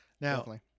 now